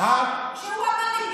בזמן שיש מיליון מובטלים.